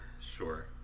Sure